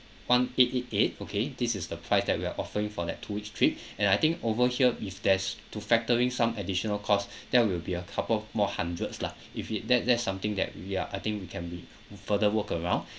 one eight eight eight okay this is the price that we are offering for that two weeks trip and I think over here if there's to factoring some additional costs that will be a couple more hundreds lah if it that that's something that we are I think it can be further work around